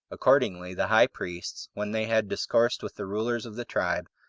accordingly the high priests, when they had discoursed with the rulers of the tribe,